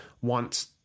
want